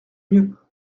mieux